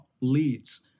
leads